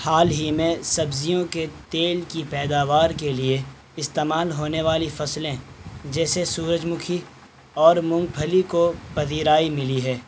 حال ہی میں سبزیوں کے تیل کی پیداوار کے لیے استعمال ہونے والی فصلیں جیسے سورج مکھی اور مونگ پھلی کو پذیرائی ملی ہے